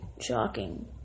shocking